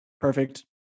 perfect